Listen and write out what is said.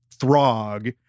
throg